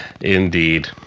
Indeed